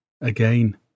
Again